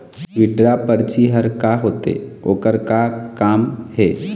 Withdraw परची हर का होते, ओकर का काम हे?